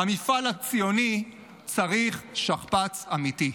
המפעל הציוני צריך שכפ"ץ אמיתי.